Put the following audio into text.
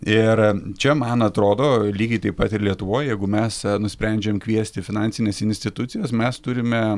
ir čia man atrodo lygiai taip pat ir lietuvoj jeigu mes nusprendžiam kviesti finansines institucijas mes turime